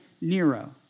Nero